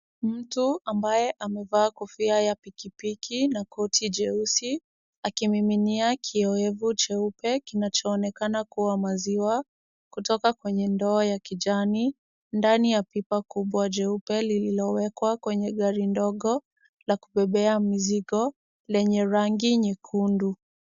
Mtu ambaye amevaa kofia ya pikipiki, na koti jeusi, akimiminia kiyowevu cheupe, kinachoonekana kuwa maziwa, kutoka kwenye ndoo ya kijani, ndani ya pipa kubwa jeupe liliowekwa kwenye gari ndogo la kubebea mizigo, lenye rangi nyekundu.